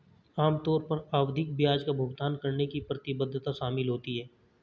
आम तौर पर आवधिक ब्याज का भुगतान करने की प्रतिबद्धता शामिल होती है